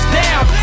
down